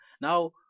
Now